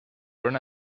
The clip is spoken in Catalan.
ona